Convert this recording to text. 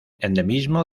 endemismo